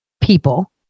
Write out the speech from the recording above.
people